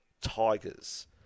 Tigers